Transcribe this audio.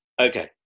Okay